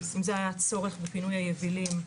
אם זה היה הצורך בפינוי היבילים,